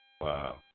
Wow